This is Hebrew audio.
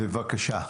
בבקשה.